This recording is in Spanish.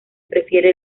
prefiere